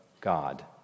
God